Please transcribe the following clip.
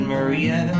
Maria